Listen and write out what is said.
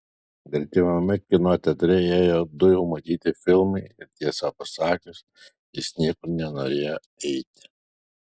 gretimame kino teatre ėjo du jau matyti filmai ir tiesą pasakius jis niekur nenorėjo eiti